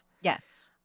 Yes